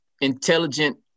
intelligent